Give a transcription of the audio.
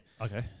Okay